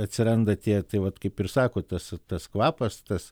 atsiranda tie tai vat kaip ir sako tas vat tas kvapas tas